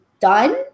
done